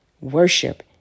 worship